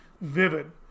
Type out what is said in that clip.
vivid